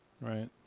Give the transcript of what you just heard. right